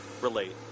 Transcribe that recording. relate